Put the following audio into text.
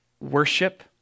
worship